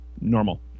normal